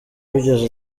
wigeze